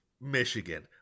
Michigan